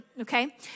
okay